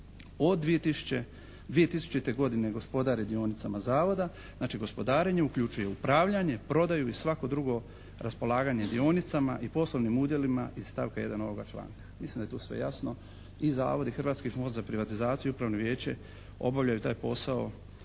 od 2000. godine gospodari dionicama zavoda, znači gospodarenje uključuje upravljanje, prodaju i svako drugo raspolaganje dionicama i poslovnim udjelima iz stavka 1. ovoga članka. Mislim da je tu sve jasno. I zavod i Hrvatski fond za privatizaciju i upravno vijeće obavljaju taj posao